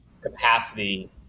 capacity